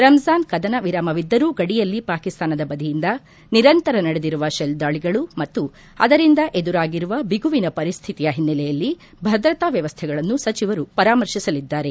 ರಂಜಾನ್ ಕದನ ವಿರಾಮವಿದ್ದರೂ ಗಡಿಯಲ್ಲಿ ಪಾಕಿಸ್ತಾನದ ಬದಿಯಿಂದ ನಿರಂತರ ನಡೆದಿರುವ ಶೆಲ್ ದಾಳಿಗಳು ಮತ್ತು ಅದರಿಂದ ಎದುರಾಗಿರುವ ಬಿಗುವಿನ ಪರಿಸ್ಥಿತಿಯ ಹಿನ್ನೆಲೆಯಲ್ಲಿ ಭದ್ರತಾ ವ್ಯವಸ್ಥೆಗಳನ್ನು ಸ ಸಚಿವರು ಪರಾಮರ್ಶಿಸಲಿದ್ದಾರೆ